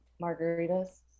margarita's